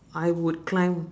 I would climb